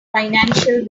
financial